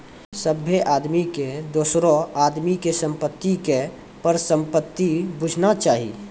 सभ्भे आदमी के दोसरो आदमी के संपत्ति के परसंपत्ति बुझना चाही